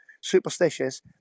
superstitious